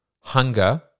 hunger